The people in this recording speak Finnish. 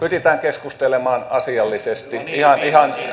pyritään keskustelemaan asiallisesti ihan oikeasti